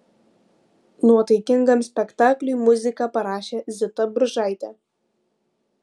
nuotaikingam spektakliui muziką parašė zita bružaitė